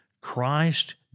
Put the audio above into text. Christ